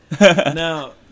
Now